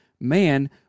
man